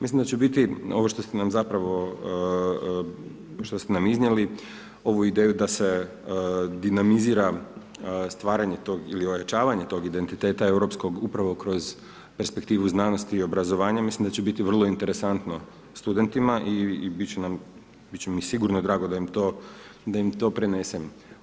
Mislim da ću biti, ovo što ste nam zapravo što ste nam iznijeli, ovu ideju, da se dinamizira stvaranje tog ili ojačavanje tog identiteta europskog, upravo kroz perspektivu znanosti i obrazovanja, mislim da će biti vrlo interesantno studentima i bit će im sigurno drago da im to prenesem.